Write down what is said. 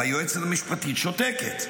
והיועצת המשפטית שותקת?